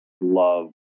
love